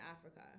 Africa